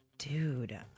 Dude